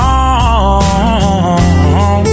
on